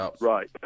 Right